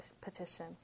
petition